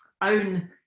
own